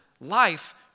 life